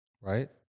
right